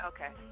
Okay